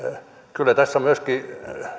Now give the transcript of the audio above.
kyllä tässä myöskin